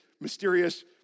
mysterious